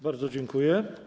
Bardzo dziękuję.